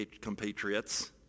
compatriots